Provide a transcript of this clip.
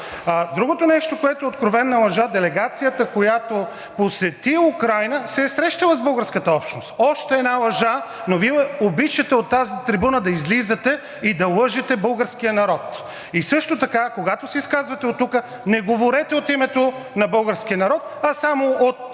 Другото нещо, което е откровена лъжа – делегацията, която посети Украйна, се е срещала с българската общност. Още една лъжа, но Вие обичате от тази трибуна да излизате и да лъжете българския народ. И също така, когато се изказвате оттук, не говорете от името на българския народ, а само от